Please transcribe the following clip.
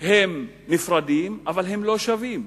הם נפרדים, אבל הם לא שווים.